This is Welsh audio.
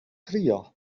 crio